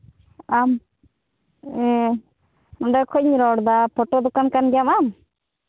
ᱟᱢ ᱱᱚᱰᱮ ᱠᱷᱚᱱ ᱤᱧ ᱨᱚᱲ ᱮᱫᱟ ᱯᱷᱳᱴᱳ ᱫᱚᱠᱟᱱ ᱠᱟᱱ ᱜᱮᱭᱟᱢ ᱟᱢ